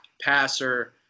passer